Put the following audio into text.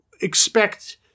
expect